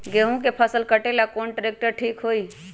गेहूं के फसल कटेला कौन ट्रैक्टर ठीक होई?